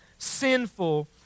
sinful